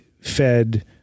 Fed